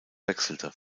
wechselte